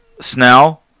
Snell